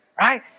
Right